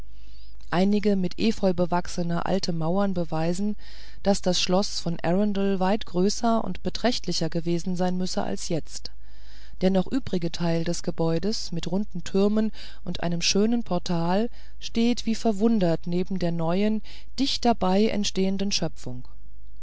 einige mit efeu bewachsene alte mauern bewiesen daß das schloß von arundel weit größer und beträchtlicher gewesen sein müsse als jetzt der noch übrige teil des gebäudes mit runden türmen und einem schönen portal steht wie verwundert da neben der neuen dicht dabei entstehenden schöpfung